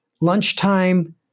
lunchtime